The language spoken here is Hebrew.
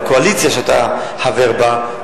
בקואליציה שאתה חבר בה,